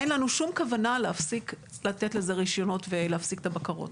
אין לנו שום כוונה להפסיק לתת לזה רישיונות ולהפסיק את הבקרות,